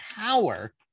power